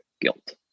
guilt